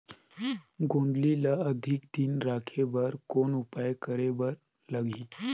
गोंदली ल अधिक दिन राखे बर कौन उपाय करे बर लगही?